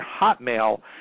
Hotmail